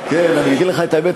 אני אגיד לך את האמת,